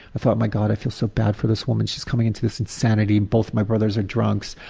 thought, my god, i feel so bad for this woman. she's coming into this insanity, both my brothers are drunks,